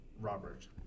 Robert